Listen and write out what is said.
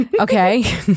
okay